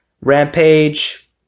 Rampage